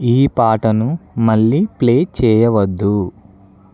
ఈ పాటను మళ్ళీ ప్లే చేయవద్దు